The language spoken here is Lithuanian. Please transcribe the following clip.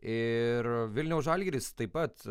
ir vilniaus žalgiris taip pat